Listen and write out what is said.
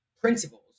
principles